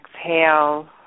Exhale